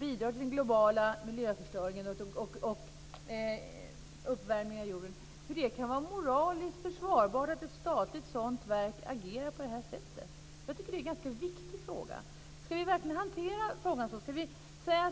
bidrar till den globala miljöförstöringen och uppvärmningen av jorden. Hur kan det vara moraliskt försvarbart att ett statligt svenskt verk agerar på det sättet? Jag tycker att det är en ganska viktig fråga. Ska vi verkligen hantera frågan så?